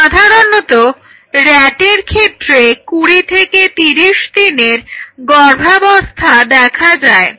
সাধারণত rat এর ক্ষেত্রে কুড়ি থেকে তিরিশ দিনের গর্ভাবস্থা দেখা যায়